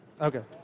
Okay